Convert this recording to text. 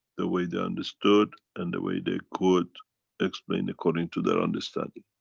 the way they understood and the way they could explain according to their understanding.